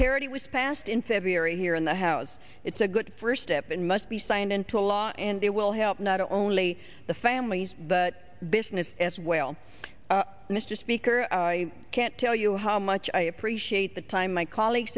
parity was passed in february here in the house it's a good first step and must be signed into law and it will help not only the families but business as well mr speaker i can't tell you how much i appreciate the time my colleagues